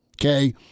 Okay